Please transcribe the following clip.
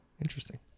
Interesting